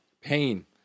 pain